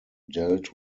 dealt